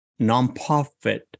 nonprofit